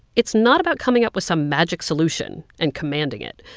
it's not about coming up with some magic solution and commanding it.